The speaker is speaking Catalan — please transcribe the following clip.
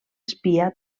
espia